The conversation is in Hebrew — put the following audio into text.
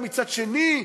מצד שני,